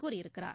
கூறியிருக்கிறார்